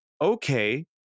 okay